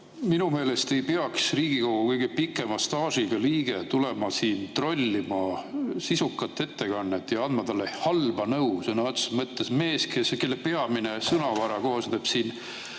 Minu meelest ei peaks Riigikogu kõige pikema staažiga liige tulema siin trollima sisukat ettekannet ja andma halba nõu, sõna otseses mõttes. Mees, kelle peamine sõnavara koosneb